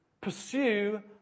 pursue